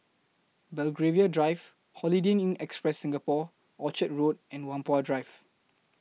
Belgravia Drive Holiday Inn Express Singapore Orchard Road and Whampoa Drive